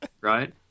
right